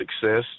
success